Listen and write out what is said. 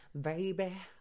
baby